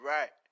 Right